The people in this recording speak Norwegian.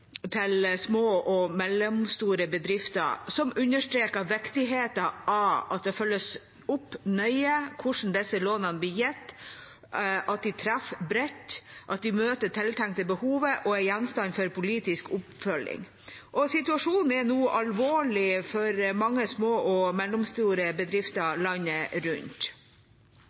til små og mellomstore bedrifter, understreket viktigheten av at det følges opp nøye hvordan disse lånene blir gitt, at de treffer bredt, at de møter det tiltenkte behovet og er gjenstand for politisk oppfølging. Situasjonen er nå alvorlig for mange små og mellomstore bedrifter landet rundt.